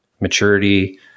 maturity